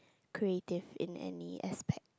creative in any aspect